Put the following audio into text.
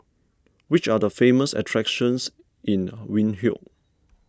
which are the famous attractions in Windhoek